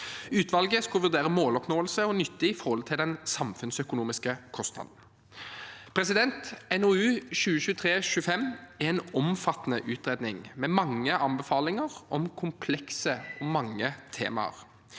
Utvalget skulle vurdere måloppnåelse og nytte i forhold til den samfunnsøkonomiske kostnaden. NOU 2023: 25 er en omfattende utredning med mange anbefalinger om mange og komplekse temaer.